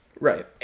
Right